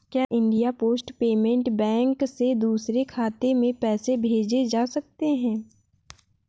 क्या India post payment bank से दूसरे खाते में पैसे भेजे जा सकते हैं?